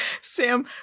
sam